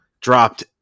dropped